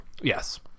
Yes